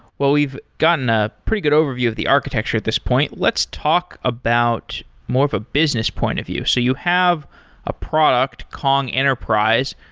well, we've gotten a pretty overview of the architecture at this point. let's talk about more of a business point of view. so you have a product, kong enterprise.